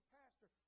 pastor